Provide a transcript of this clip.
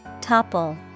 Topple